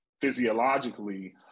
physiologically